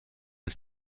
ist